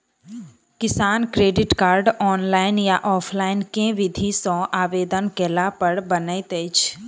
किसान credit card, online या offline केँ विधि सँ आवेदन कैला पर बनैत अछि?